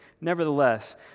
Nevertheless